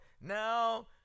Now